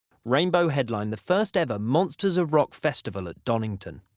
rainbow headlined the first ever monsters of rock festival at donington.